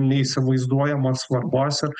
neįsivaizduojamos svarbos ir